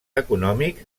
econòmics